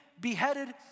beheaded